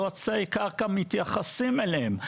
יועצי קרקע מתייחסים אליהם.